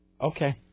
Okay